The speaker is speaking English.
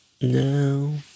No